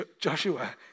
Joshua